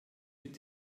mit